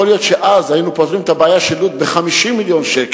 יכול להיות שאז היינו פותרים את הבעיה של לוד ב-50 מיליון שקל.